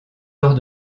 hors